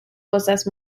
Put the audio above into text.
cosas